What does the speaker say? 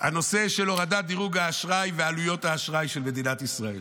הנושא של הורדת דירוג האשראי ועלויות האשראי של מדינת ישראל.